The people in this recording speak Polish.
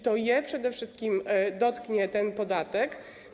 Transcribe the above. To te osoby przede wszystkim dotknie ten podatek.